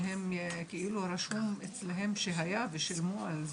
כנראה שהופיע אצלם שהיה, וגם שילמו על זה.